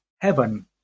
heaven